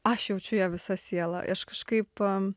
aš jaučiu ja visa siela aš kažkaip